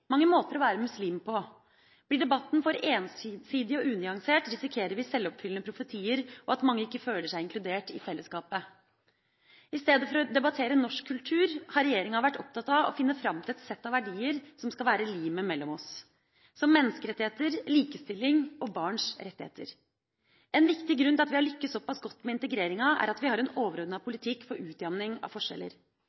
mange måter å være muslim på. Blir debatten for ensidig og unyansert, risikerer vi selvoppfyllende profetier og at mange ikke føler seg inkludert i fellesskapet. Istedenfor å debattere norsk kultur, har regjeringa vært opptatt av å finne fram til et sett av verdier som skal være limet mellom oss – som menneskerettigheter, likestilling og barns rettigheter. En viktig grunn til at vi har lyktes såpass godt med integreringa, er at vi har en